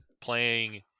playing